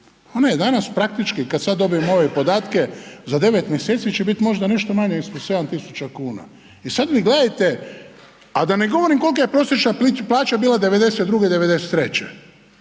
je danas praktički kada sada dobijemo ove podatke za devet mjeseci će biti možda nešto manja ispod 7.000 kuna, a da ne govorim kolika je prosječna plaća bila '92., '93.